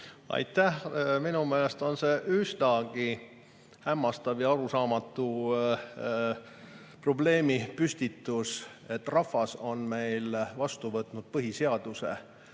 Aitäh! Minu meelest on see üsnagi hämmastav ja arusaamatu probleemipüstitus. Rahvas on meil vastu võtnud põhiseaduse,